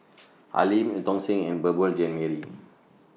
Al Lim EU Tong Sen and Beurel Jean Marie